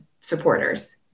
supporters